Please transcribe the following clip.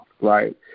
right